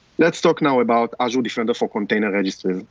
let's talk now about azure defender for container registry.